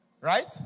Right